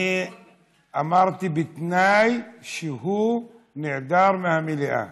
אמרתי שבתנאי שהוא נעדר מהמליאה,